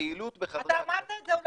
שנייה רגע, אני אענה.